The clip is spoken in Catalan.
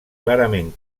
clarament